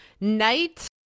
night